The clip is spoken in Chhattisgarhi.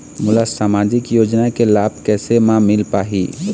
मोला सामाजिक योजना के लाभ कैसे म मिल पाही?